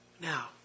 Now